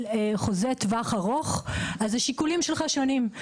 חוזה לטווח ארוך אז השיקולים שלך שונים,